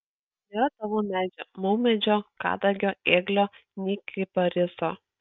nėra tavo medžio maumedžio kadagio ėglio nei kipariso